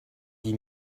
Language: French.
dix